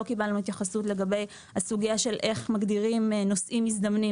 לא קיבלנו התייחסות לגבי הסוגיה של איך מגדירים נוסעים מזדמנים